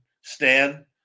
Stan